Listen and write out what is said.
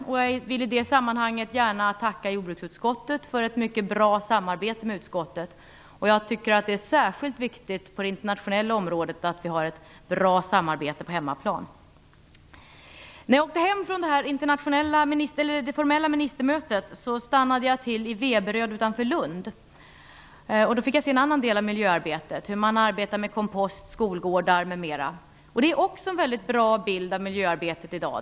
Jag vill i det sammanhanget gärna tacka jordbruksutskottet för ett mycket bra samarbete. Jag tycker att det är särskilt viktigt på det internationella området att vi har ett bra samarbete på hemmaplan. När jag åkte hem från det här formella ministermötet stannade jag till i Veberöd utanför Lund. Där fick jag se en annan del av miljöarbetet, nämligen hur man arbetar med komposter, skolgårdar m.m. Det ger också en mycket bra bild av miljöarbetet i dag.